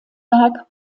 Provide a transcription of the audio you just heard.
werk